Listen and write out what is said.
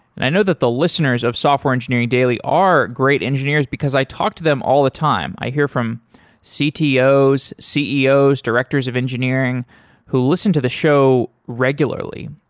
and i know that the listeners of software engineering daily are great engineers because i talked to them all the time. i hear from ctos, ceos, directors of engineering who listen to the show regularly.